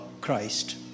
Christ